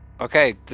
Okay